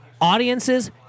Audiences